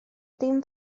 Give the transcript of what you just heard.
dim